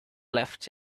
left